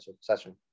session